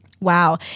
wow